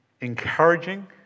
encouraging